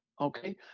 Okay